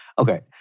Okay